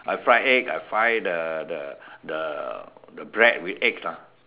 I fry eggs I fry the the the the bread with eggs lah